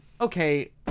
okay